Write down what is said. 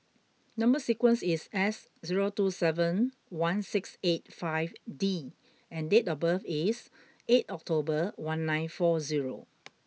number sequence is S zero two seven one six eight five D and date of birth is eighth October one nine four zero